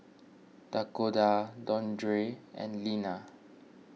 Dakoda Dondre and Linna